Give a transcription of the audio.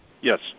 Yes